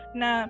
na